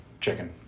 Chicken